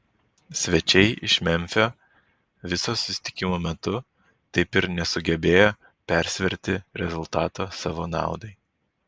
svečiai iš memfio viso susitikimo metu taip ir nesugebėjo persverti rezultato savo naudai